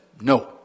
No